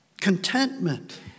Contentment